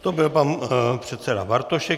To byl pan předseda Bartošek.